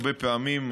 הרבה פעמים,